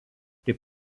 taip